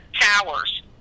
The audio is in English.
towers